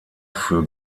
für